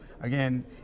again